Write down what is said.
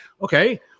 Okay